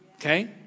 okay